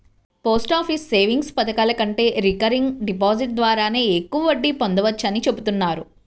post office savings పథకాల కంటే recurring deposit ద్వారానే ఎక్కువ వడ్డీ పొందవచ్చని చెబుతున్నారు